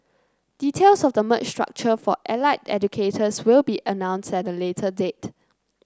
details of the merged structure for allied educators will be announced at a later date